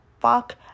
fuck